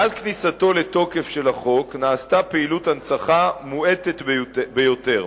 מאז כניסתו לתוקף של החוק נעשתה פעילות הנצחה מועטת ביותר,